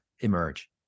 emerge